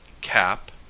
cap